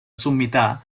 sommità